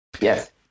Yes